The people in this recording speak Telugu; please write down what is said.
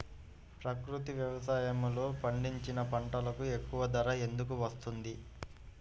ప్రకృతి వ్యవసాయములో పండించిన పంటలకు ఎక్కువ ధర ఎందుకు వస్తుంది?